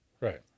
right